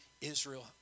Israel